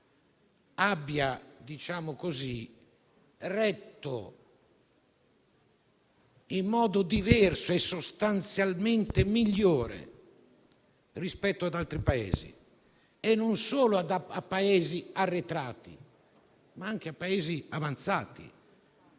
abbia retto in modo diverso e sostanzialmente migliore rispetto ad altri Paesi, e non solo a Paesi arretrati ma anche avanzati